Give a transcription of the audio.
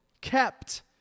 kept